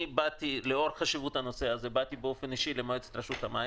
לאור חשיבות הנושא באתי באופן אישי למועצת רשות המים.